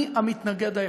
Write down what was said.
אני הייתי המתנגד היחידי.